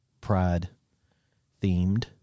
Pride-themed